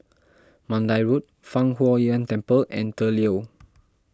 Mandai Road Fang Huo Yuan Temple and the Leo